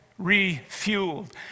refueled